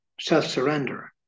self-surrender